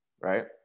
right